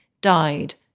died